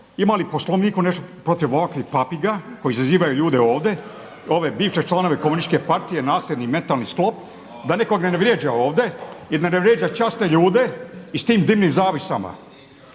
ima li u Poslovniku nešto protiv ovakvih papiga koje izazivaju ljude ovdje, ove bivše članove komunističke partije nasljedni mentalni sklop da nikoga ne vrijeđa ovdje i da ne vrijeđa časne ljude i sa tim dimnim zavjesama?